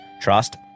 trust